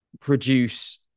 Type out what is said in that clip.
produce